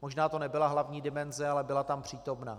Možná to nebyla hlavní dimenze, ale byla tam přítomna.